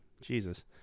Jesus